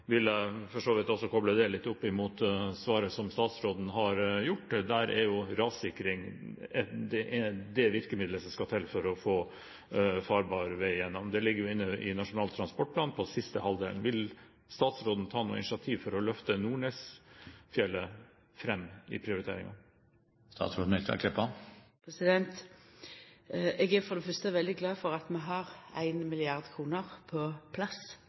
vil jeg for så vidt også koble det litt opp mot det svaret som statsråden har gitt, der rassikring er det virkemiddelet som skal til for å få farbar vei gjennom. Det ligger jo inne i Nasjonal transportplan, i den siste halvdelen. Vil statsråden ta noe initiativ for å løfte Nordnesfjellet fram i prioriteringen? Eg er for det fyrste veldig glad for at vi har 1 mrd. kr på plass